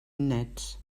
nets